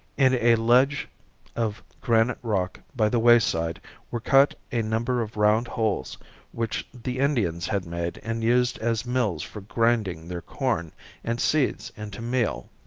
in a ledge of granite rock by the wayside were cut a number of round holes which the indians had made and used as mills for grinding their corn and seeds into meal.